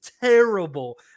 terrible